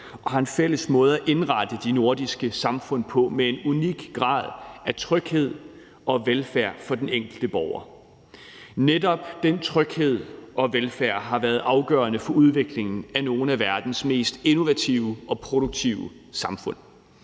og en fælles måde at indrette de nordiske samfund på med en unik grad af tryghed og velfærd for den enkelte borger. Netop den tryghed og velfærd har været afgørende for udviklingen af nogle af verdens mest innovative og produktive samfund.